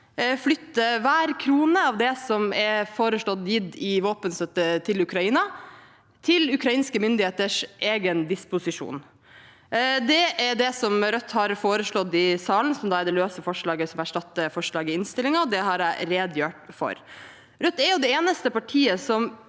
flytter hver krone av det som er foreslått gitt i våpenstøtte til Ukraina, til ukrainske myndigheters egen disposisjon. Det er det Rødt har fremmet forslag om i salen – det løse forslaget, som erstatter forslaget i innstillingen. Det har jeg redegjort for. Rødt er det eneste partiet som